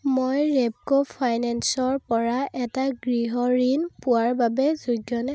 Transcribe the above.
মই ৰেপ্ক' ফাইনেন্সৰ পৰা এটা গৃহ ঋণ পোৱাৰ বাবে যোগ্যনে